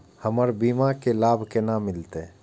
हमर बीमा के लाभ केना मिलते?